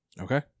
Okay